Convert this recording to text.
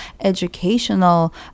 educational